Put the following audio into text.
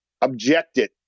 objected